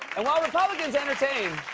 and while republicans entertain.